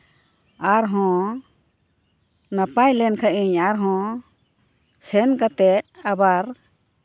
ᱟᱨᱦᱚᱸ ᱱᱟᱯᱟᱭ ᱞᱮᱱ ᱠᱷᱟᱱ ᱤᱧ ᱟᱨᱦᱚᱸ ᱥᱮᱱ ᱠᱟᱛᱮ ᱟᱵᱟᱨ